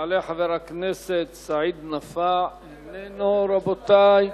יעלה חבר הכנסת סעיד נפאע, איננו, רבותי.